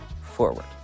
forward